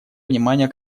внимания